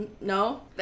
no